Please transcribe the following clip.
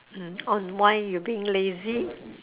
mm on why you're being lazy